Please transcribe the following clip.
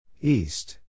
East